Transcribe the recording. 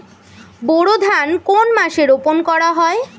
বোরো ধান কোন মাসে রোপণ করা হয়?